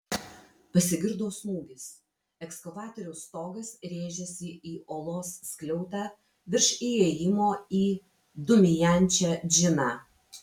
pasigirdo smūgis ekskavatoriaus stogas rėžėsi į olos skliautą virš įėjimo į dūmijančią džiną